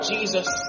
Jesus